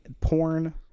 porn